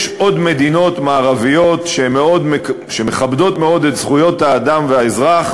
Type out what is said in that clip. יש עוד מדינות מערביות שמכבדות מאוד את זכויות האדם והאזרח